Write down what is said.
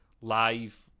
live